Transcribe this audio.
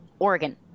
Oregon